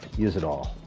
use it all.